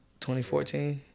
2014